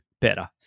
better